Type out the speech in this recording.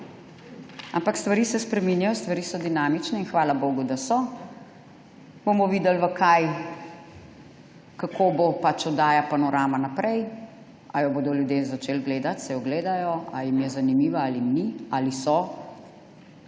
Ampak stvari se spreminjajo, stvari so dinamične in hvala bogu, da so. Bomo videli, kako bo pač oddaja Panorama naprej, a jo bodo ljudje začeli gledati, saj jo gledajo, ali jim je zanimiva ali jim ni, ali so